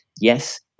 Yes